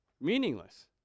Meaningless